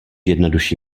jednodušší